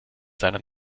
seiner